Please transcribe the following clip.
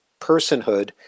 personhood